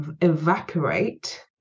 evaporate